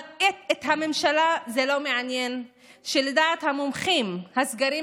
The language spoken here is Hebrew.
אבל את הממשלה זה לא מעניין שלדעת המומחים הסגרים